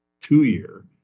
two-year